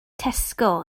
tesco